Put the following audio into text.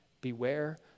Beware